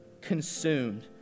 consumed